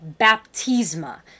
baptisma